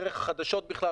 דרך החדשות בכלל,